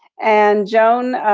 and joan,